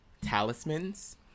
talismans